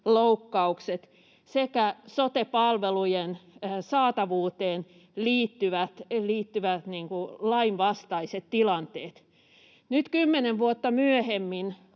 loukkaukset sekä sote-palvelujen saatavuuteen liittyvät lainvastaiset tilanteet. Nyt kymmenen vuotta myöhemmin,